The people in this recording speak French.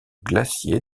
glacier